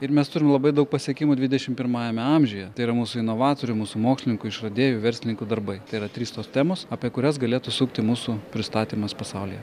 ir mes turim labai daug pasiekimų dvidešim pirmajame amžiuje tai yra mūsų inovatorių mūsų mokslininkų išradėjų verslininkų darbai tai yra trys tos temos apie kurias galėtų sukti mūsų pristatymas pasaulyje